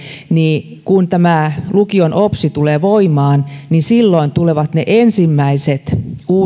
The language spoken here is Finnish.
niin kun tämä lukion opsi tulee voimaan silloin tulevat ne ensimmäiset